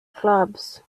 clubs